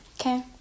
Okay